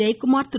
Jayakumar Thiru